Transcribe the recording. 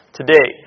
today